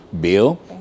bill